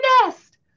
nest